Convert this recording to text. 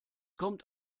kommt